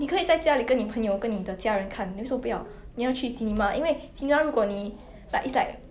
oh